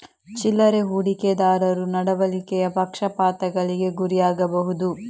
ಚಿಲ್ಲರೆ ಹೂಡಿಕೆದಾರರು ನಡವಳಿಕೆಯ ಪಕ್ಷಪಾತಗಳಿಗೆ ಗುರಿಯಾಗಬಹುದು